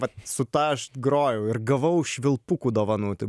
vat su ta aš grojau ir gavau švilpukų dovanų tai